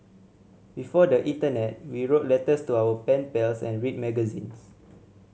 before the internet we wrote letters to our pen pals and read magazines